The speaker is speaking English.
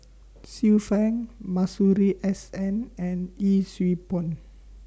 Xiu Fang Masuri S N and Yee Siew Pun